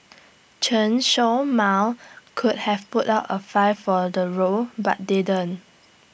Chen show Mao could have put up A fight for the role but didn't